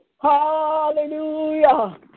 Hallelujah